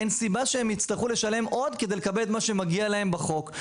אין סיבה שהם יצטרכו לשלם עוד כדי לקבל את מה שמגיע להם בחוק.